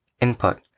Input